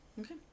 Okay